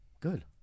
Good